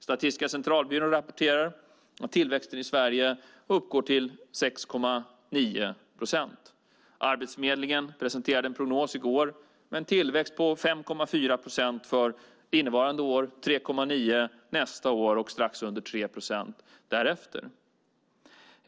Statistiska centralbyrån rapporterar att tillväxten i Sverige uppgår till 6,9 procent. Arbetsförmedlingen presenterade en prognos i går med en tillväxt på 5,4 procent för innevarande år, 3,9 procent nästa år och strax under 3 procent därefter.